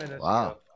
wow